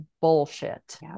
bullshit